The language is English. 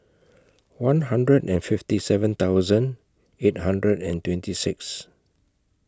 one hundred and fifty seven thousand eight hundred and twenty six